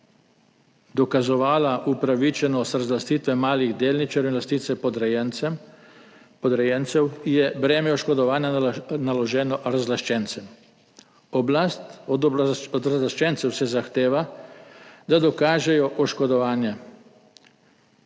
dokazovala upravičenost razlastitve malih delničarjev in lastnice podrejencev, je breme oškodovanja naloženo razlaščencem. Od razlaščencev se zahteva, da dokažejo oškodovanje.